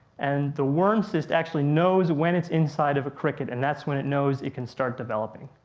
and the worm cyst actually knows when it's inside of a cricket and that's when it knows, it can start developing.